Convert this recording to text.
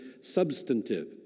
substantive